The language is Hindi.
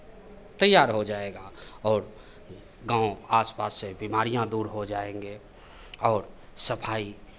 तैयार हो जाएगा और गाँव आस पास से बीमारियाँ दूर हो जाएँगे और सफाई